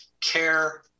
care